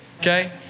Okay